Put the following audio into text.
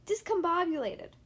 Discombobulated